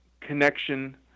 connection